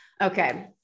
okay